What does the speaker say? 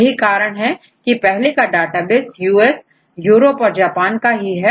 यही कारण है कि पहले का डेटाबेस यूएस यूरोप और जापान का ही है